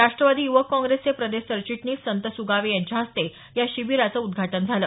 राष्ट्रवादी युवक काँग्रेसचे प्रदेश सरचिटणीस संत सुगावे यांच्या हस्ते या शिबिराचं उद्घाटन झालं